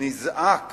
נזעק